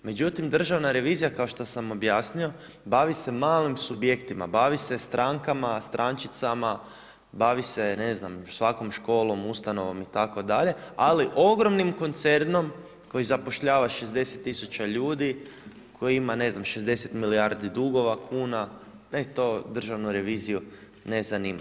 Međutim Državna revizija kao što sam objasnio bavi se malim subjektima, bavi se strankama, strančicama, bavi se ne znam svakom školom, ustanovom itd., ali ogromnim koncernom koji zapošljava 60.000 ljudi, koji ima ne znam 60 milijardi dugova kuna da to Državnu reviziju ne zanima.